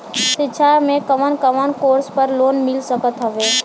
शिक्षा मे कवन कवन कोर्स पर लोन मिल सकत हउवे?